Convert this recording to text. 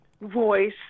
voice